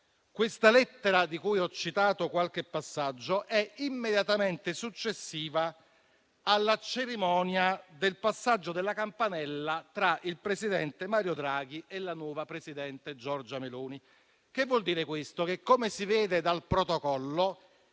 questa lettera, di cui ho citato qualche passaggio, è immediatamente successiva alla cerimonia del passaggio della campanella tra il presidente Mario Draghi e la nuova presidente Giorgia Meloni. La lettera, come si vede dal protocollo,